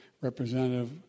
Representative